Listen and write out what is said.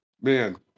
man